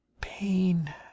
Pain